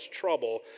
trouble